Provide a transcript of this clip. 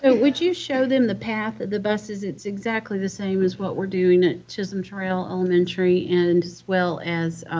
and would you show them the path that the busses it's exactly the same as what we're doing at chisholm trail elementary and as well as